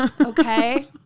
Okay